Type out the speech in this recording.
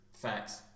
Facts